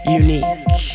unique